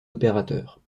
opérateurs